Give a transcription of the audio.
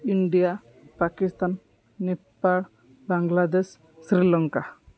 India Pakistan Nepal Bangladesh Sri Lanka